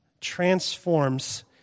transforms